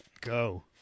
Go